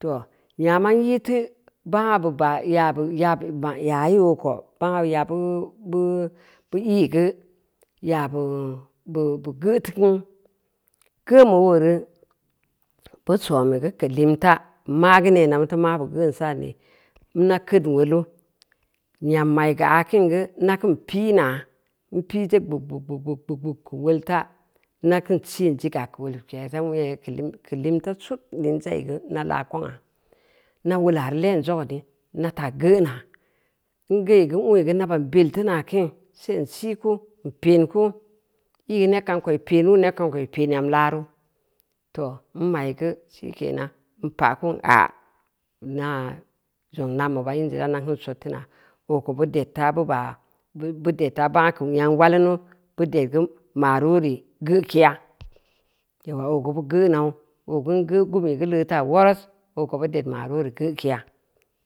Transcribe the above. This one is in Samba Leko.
Too, nyamma nii teu, bangna bub a, yaa bu ma’ yaye oo ko bangna yabuu bu ii geu yabu buu buu geu teu keun, geu’n beu ooreu. beu sooni geu keu linta, maa geu neena mu teu mabe geu’n sa’ne, nna keud weula, nyam mai ka akin geu na kin pii na n pii gbug-gbug, gbug, gbug keu wud ta na kin sin ziga geu kel fa, geu limta sud leu n zai qeu’i geu nuu’i geu nabau belli naa kin, se n si’ ku, n pen ku, ii geu neb kaam ko i pen wuu, neb kaam ko i pen nyam laaru, too, n ma’i geu shikenan, n pa’ ku n nya inaa zong nambu ba inji dan sottina oo ko bud ed taa bub a bud ed ta bangna keu nyeng walinneu bud ed geu malori geu keya, gam oo geu bu geu nou, oo geu n geu vigeu gu leu taa wores, oo ko bu ded malori geu’ keya,